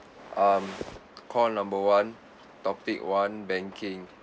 um call number one topic one banking